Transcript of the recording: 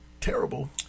terrible